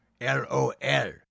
L-O-L